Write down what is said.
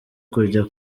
kujya